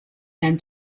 and